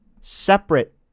separate